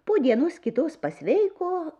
po dienos kitos pasveiko